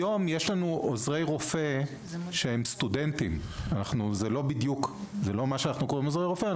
היום יש עוזרי רופא זה לא מה שאנחנו קוראים לו עוזרי רופא אבל